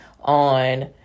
on